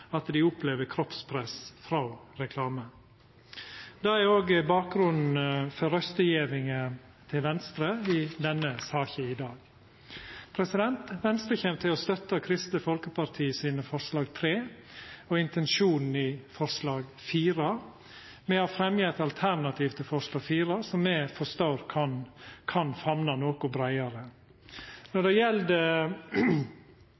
at dei opplever kroppspress frå reklame. Det er òg bakgrunnen for røystegjevinga til Venstre i denne saka i dag. Venstre kjem til å støtta Kristeleg Folkeparti sitt forslag nr. 3 og intensjonen i forslag nr. 4. Me har fremja eit alternativ til forslag nr. 4, som me forstår kan famna noko breiare. Når